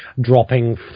dropping